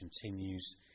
continues